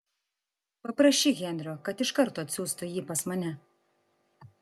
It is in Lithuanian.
paprašyk henrio kad iš karto atsiųstų jį pas mane